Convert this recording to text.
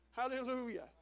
Hallelujah